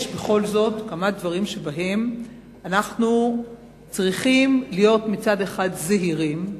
יש בכל זאת כמה דברים שבהם אנחנו צריכים להיות מצד אחד זהירים,